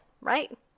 right